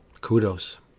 kudos